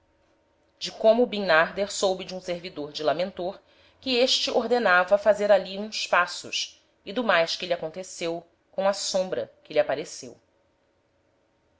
de como bimnarder soube de um servidor de lamentor que este ordenava fazer ali uns paços e do mais que lhe aconteceu com a sombra que lhe apareceu